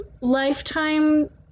lifetime